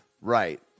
Right